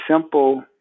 simple